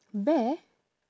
bear